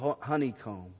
honeycomb